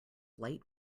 light